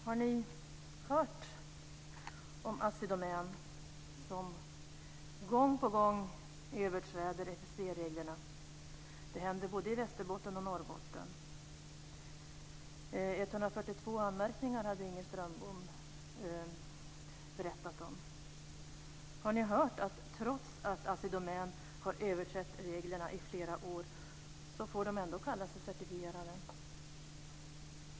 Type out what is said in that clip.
Herr talman! Har ni hört om Assi Domän som gång på gång överträder FSC-reglerna? Det händer både i Västerbotten och i Norrbotten - Inger Strömbom berättade om 142 anmärkningar. Har ni hört att trots att Assi Domän har överträtt reglerna i flera år får de ändå kalla sig certifierade?